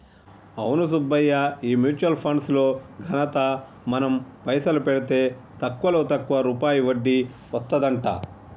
అవును సుబ్బయ్య ఈ mutual funds లో ఘనత మనం పైసలు పెడితే తక్కువలో తక్కువ రూపాయి వడ్డీ వస్తదంట